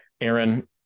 Aaron